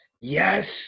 Yes